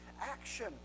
action